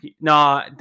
No